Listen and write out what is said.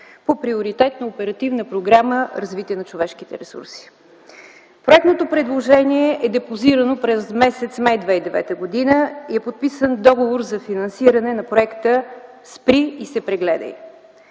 по приоритет на Оперативна програма „Развитие на човешките ресурси”. Проектното предложение е депозирано през м. май 2009 г. и е подписан договор за финансиране на проекта „Спри и се прегледай”.